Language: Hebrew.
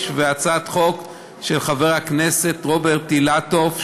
והצעת חוק של חבר הכנסת רוברט אילטוב,